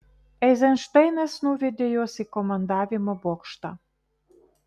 eizenšteinas nuvedė juos į komandavimo bokštą